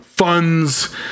funds